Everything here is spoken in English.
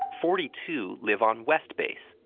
forty two live on west base,